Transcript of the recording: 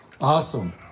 Awesome